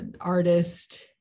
artist